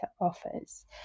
offers